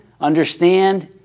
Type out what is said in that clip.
understand